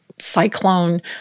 cyclone